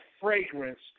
fragrance